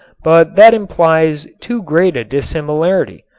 but that implies too great a dissimilarity,